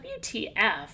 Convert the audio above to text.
WTF